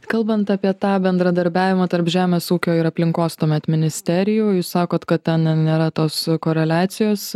kalbant apie tą bendradarbiavimą tarp žemės ūkio ir aplinkos tuomet ministerijų jūs sakot kad ten nėra tos koreliacijos